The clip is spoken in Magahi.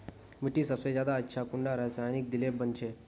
मिट्टी सबसे ज्यादा अच्छा कुंडा रासायनिक दिले बन छै?